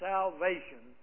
Salvation